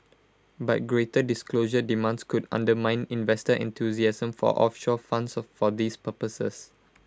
but greater disclosure demands could undermine investor enthusiasm for offshore funds of for these purposes